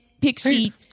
pixie